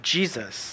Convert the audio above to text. Jesus